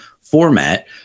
format